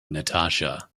natasha